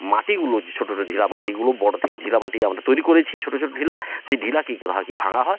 মাটিগুলো যে ছোটো ছোটো ঢিলা মাটিগুলো বড়ো থেকে ঢিলা মাটি আমরা তৈরি করেছি ছোটো ছোটো ঢিলা সেই ঢিলা কী করা হয় কী ভাঙা হয়